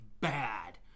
bad